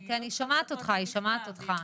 כן היא פה והיא שומעת אותך.